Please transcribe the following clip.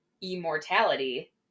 immortality